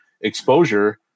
exposure